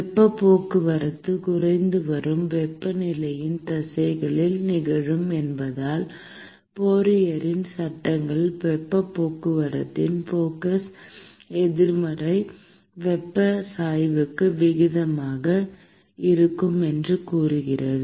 வெப்பப் போக்குவரத்து குறைந்துவரும் வெப்பநிலையின் திசையில் நிகழும் என்பதால் ஃபோரியரின் சட்டங்கள் வெப்பப் போக்குவரத்தின் ஃப்ளக்ஸ் எதிர்மறை வெப்பநிலை சாய்வுக்கு விகிதாசாரமாக இருக்கும் என்று கூறுகிறது